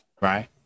Right